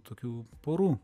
tokių porų